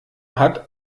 hat